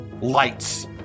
lights